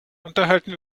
unterhalten